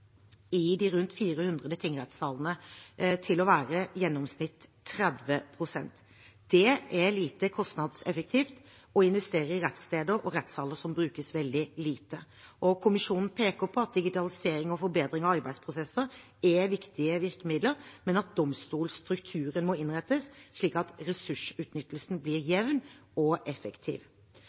i de rundt 400 tingrettssalene til å være i gjennomsnitt 30 pst. Det er lite kostnadseffektivt å investere i rettssteder og rettssaler som brukes veldig lite. Kommisjonen peker på at digitalisering og forbedring av arbeidsprosesser er viktige virkemidler, men at domstolstrukturen må innrettes slik at ressursutnyttelsen blir jevn og effektiv.